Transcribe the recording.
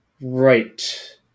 Right